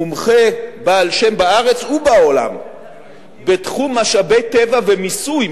מומחה בעל שם בארץ ובעולם בתחום משאבי טבע ומיסוי,